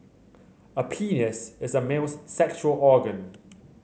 a penis is a male's sexual organ